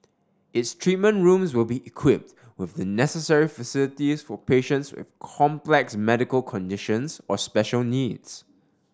its treatment rooms will be equipped with the necessary facilities for patients with complex medical conditions or special needs